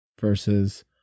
versus